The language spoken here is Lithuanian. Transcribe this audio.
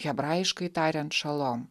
hebrajiškai tariant šalom